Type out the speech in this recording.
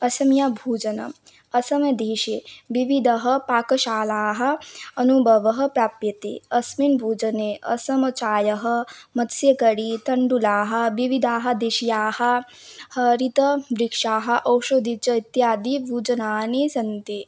असमीयभोजनम् असमदेशे विविधाः पाकशालाः अनुभवः प्राप्यते अस्मिन् भोजने असमचायः मत्स्यकरी तण्डुलाः विविधाः देशीयाः हरितवृक्षा औषधीः च इत्यादि भोजनानि सन्ति